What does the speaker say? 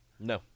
No